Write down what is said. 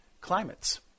climates